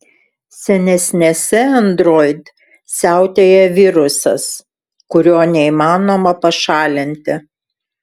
senesnėse android siautėja virusas kurio neįmanoma pašalinti